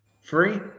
Free